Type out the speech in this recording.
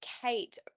Kate